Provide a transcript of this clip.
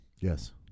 Yes